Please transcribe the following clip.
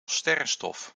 sterrenstof